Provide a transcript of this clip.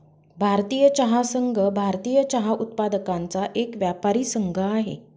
भारतीय चहा संघ, भारतीय चहा उत्पादकांचा एक व्यापारी संघ आहे